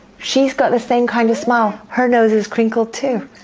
she's got the same kind of smile, her nose is crinkled too.